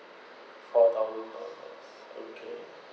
four thousand dollars okay